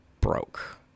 broke